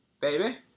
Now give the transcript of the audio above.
Baby